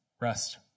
rest